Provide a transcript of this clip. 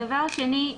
הדבר השני,